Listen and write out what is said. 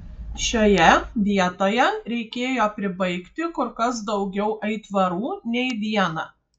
šioje vietoje reikėjo pribaigti kur kas daugiau aitvarų nei vieną